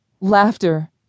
Laughter